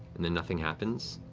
and then nothing happens,